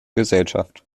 gesellschaft